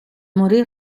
morir